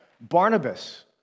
Barnabas